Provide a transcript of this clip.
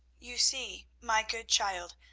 you see, my good child,